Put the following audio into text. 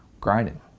grinding